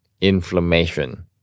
inflammation